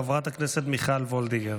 חברת הכנסת מיכל וולדיגר.